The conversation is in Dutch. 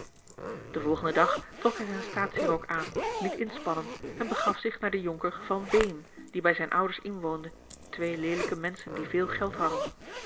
den volgenden dag trok hij zijn staatsierok aan liet inspannen en begaf zich naar den jonker van beem die bij zijne ouders ingeorge een ongeluksvogel woonde twee leelijke menschen die veel geld hadden